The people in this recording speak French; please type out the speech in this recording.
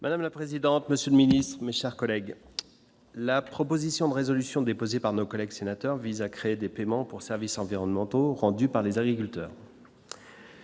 Madame la présidente, monsieur le Ministre, mes chers collègues, la proposition de résolution déposée par nos collègues sénateurs vise à créer des paiements pour services environnementaux rendus par les agriculteurs.